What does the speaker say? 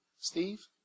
Steve